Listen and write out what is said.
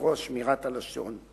ובספרו "שמירת הלשון".